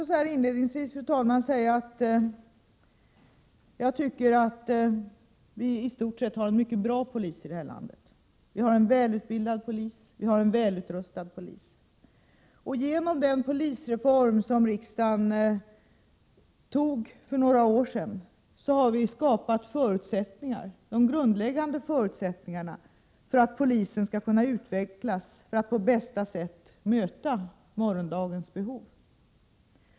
Så här inledningsvis vill jag också framhålla att jag tycker vi i stort sett har en mycket bra polis här i landet. Den är välutbildad och välutrustad. Genom den polisreform som riksdagen antog för några år sedan har de grundläggande förutsättningarna skapats för att polisen skall kunna utvecklas för att på bästa sätt möta morgondagens behov.